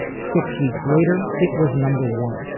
six weeks later it was number one.